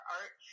art